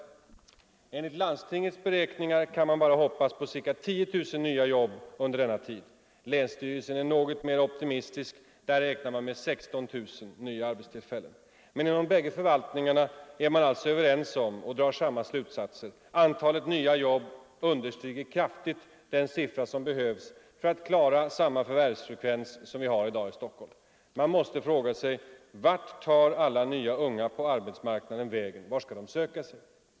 Nr 113 Enligt landstingets beräkningar kan man bara hoppas på ca 10 000 nya Tisdagen den jobb under denna tid. Länsstyrelsen är något mer optimistisk; där räknar Stiovember 1974 man med 16 000 nya arbetstillfällen. Men inom de bägge förvaltningarna LL drar man samma slutsats: antalet nya jobb understiger kraftigt den siffra — Ang. utflyttningen som behövs för att klara samma förvärvsfrekvens som vi har i dag i = av statliga verk från Stockholm. Stockholm Man måste fråga sig: Vart tar alla nya ungdomar på arbetsmarknaden vägen? Vart skall de söka sig?